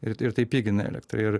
ir tai pigina elektrą ir